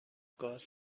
گاز